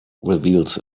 reveals